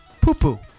Poo-poo. (